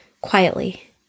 quietly